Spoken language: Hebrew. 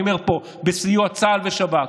אני אומר פה: בסיוע צה"ל ושב"כ.